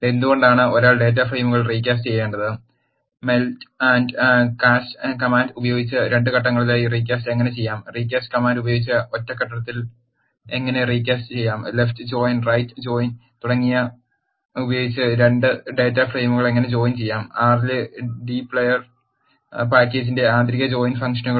എന്തുകൊണ്ടാണ് ഒരാൾ ഡാറ്റ ഫ്രെയിമുകൾ റീകാസ്റ്റ് ചെയ്യേണ്ടത് മെൽറ്റ് ആൻഡ് കാസ്റ്റ് കമാൻഡ് ഉപയോഗിച്ച് 2 ഘട്ടങ്ങളിലായി റീകാസ്റ്റിംഗ് എങ്ങനെ ചെയ്യാം റീകാസ്റ്റ് കമാൻഡ് ഉപയോഗിച്ച് ഒറ്റ ഘട്ടത്തിൽ എങ്ങനെ റീകാസ്റ്റിംഗ് ചെയ്യാം ലെഫ്റ്റ് ജോയിൻ റൈറ്റ് ജോയിൻ ഉപയോഗിച്ച് 2 ഡാറ്റ ഫ്രെയിമുകൾ എങ്ങനെ ജോയിൻ ചെയ്യാം r ലെ ഡി പ്ലെയർ പാക്കേജിന്റെ ആന്തരിക ജോയിൻ ഫംഗ്ഷനുകളും